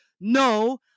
No